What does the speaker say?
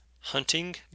hunting